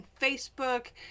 Facebook